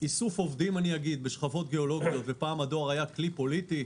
פעם הדואר היה כלי פוליטי.